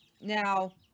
Now